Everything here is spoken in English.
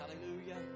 hallelujah